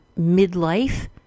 midlife